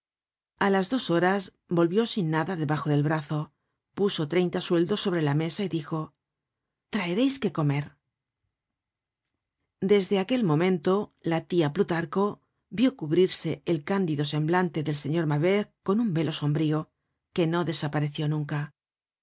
a las dos horas volvió sin nada debajo del brazo puso treinta sueldos sobre la mesa y dijo traereis que comer desde aquel momento la tia plutarco vió cubrirse el cándido semblante del señor mabeuf con un velo sombrío que no desapareció nunca